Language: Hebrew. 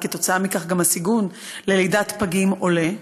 וכתוצאה מכך גם הסיכוי ללידת פגים עולה,